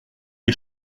les